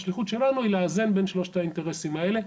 השליחות שלנו היא לאזן בין שלושת האינטרסים האלה.